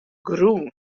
grûn